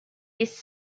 this